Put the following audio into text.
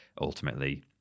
ultimately